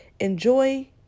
Enjoy